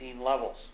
levels